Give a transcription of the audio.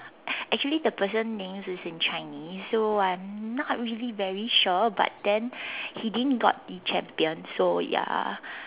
actually the person name is in Chinese so I'm not really very sure but then he didn't got the champion so ya